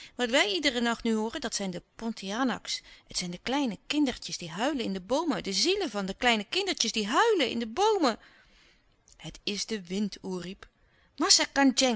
wat wij iederen nacht nu hooren dat zijn de pontianaks et zijn de kleine kindertjes die huilen in de boomen de zielen van de kleine kindertjes die huilen in de boomen het is de wind oerip massa